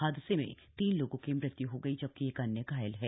हादसे में तीन लोगों की मृत्यु हो गई जबकि एक अन्य घायल है